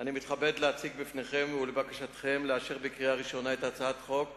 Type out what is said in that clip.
אני מתכבד להציג בפניכם ולבקשכם לאשר בקריאה הראשונה את הצעת חוק